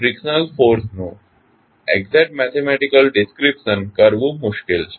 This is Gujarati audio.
તેથી ફ્રીકશનલ ફોર્સનું એક્ઝેટ મેથેમેટીકલ ડીસ્ક્રીપશન કરવુ મુશ્કેલ છે